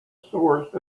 source